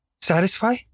satisfy